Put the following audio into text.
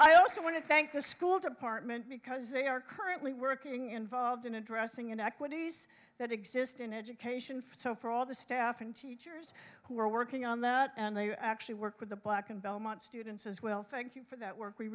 i also want to thank the school department because they are currently working involved in addressing inequities that exist in education so for all the staff and teachers who are working on that and they actually work with the black and belmont students as well thank you for that work we